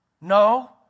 no